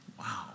Wow